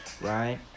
Right